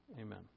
Amen